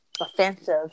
offensive